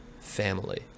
family